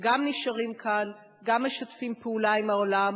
שגם נשארים כאן וגם משתפים פעולה עם העולם,